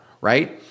right